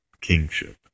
kingship